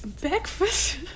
Breakfast